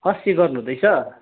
अस्सी गर्नुहुँदैछ